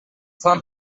fan